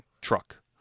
truck